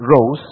Rose